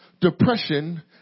depression